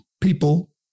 people